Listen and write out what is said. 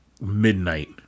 midnight